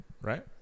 Right